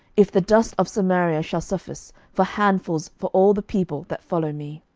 if the dust of samaria shall suffice for handfuls for all the people that follow me.